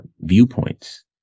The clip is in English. viewpoints